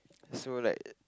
so like